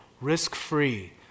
risk-free